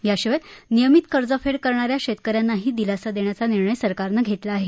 याशिवाय नियमित कर्जफेड करणाऱ्या शेतकऱ्यांनाही दिलासा देण्याचा निर्णय सरकारने घेतला आहे